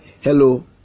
hello